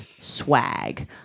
swag